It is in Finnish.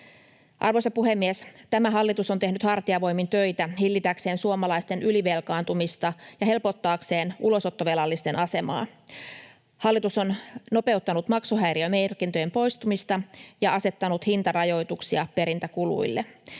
Arvoisa puhemies! Tämä hallitus on tehnyt hartiavoimin töitä hillitäkseen suomalaisten ylivelkaantumista ja helpottaakseen ulosottovelallisten asemaa. Hallitus on nopeuttanut maksuhäiriömerkintöjen poistumista ja asettanut hintarajoituksia perintäkuluille.